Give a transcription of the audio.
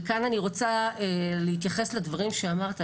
וכאן אני רוצה להתייחס לדברים שאמרת,